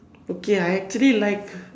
okay I actually like